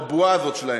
בבועה הזאת שלהם.